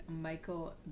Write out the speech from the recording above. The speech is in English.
Michael